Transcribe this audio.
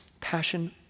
passion